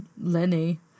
Lenny